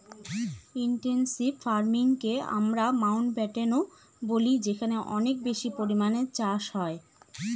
intensive ফার্মিংকে আমরা মাউন্টব্যাটেনও বলি যেখানে অনেক বেশি পরিমানে চাষ হয়